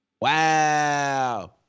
Wow